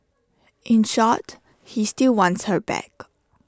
in short he still wants her back